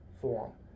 form